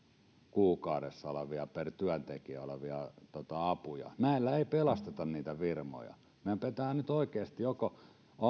kuukaudessa per työntekijä olevia apuja näillä ei pelasteta niitä firmoja meidän pitää nyt oikeasti joko